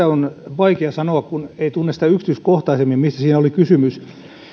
on vaikea sanoa kun ei tunne sitä yksityiskohtaisemmin mistä siinä oli kysymys